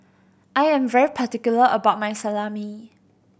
I am very particular about my Salami